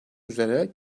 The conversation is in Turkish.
üzere